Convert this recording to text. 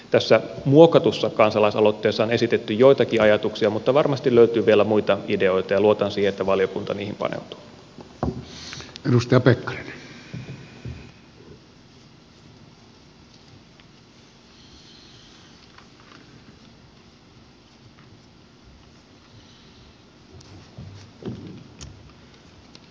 tässä muokatussa kansalaisaloitteessa on esitetty joitakin ajatuksia mutta varmasti löytyy vielä muita ideoita ja luotan siihen että valiokunta niihin paneutuu